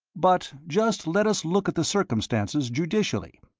but just let us look at the circumstances judicially.